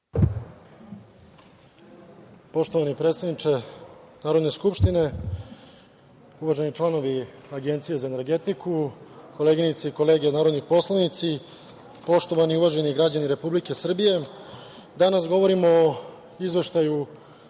Poštovani predsedniče Narodne skupštine, uvaženi članovi Agencije za energetiku, koleginice i kolege narodni poslanici, uvaženi građani Republike Srbije, danas govorimo o Izveštaju